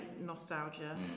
nostalgia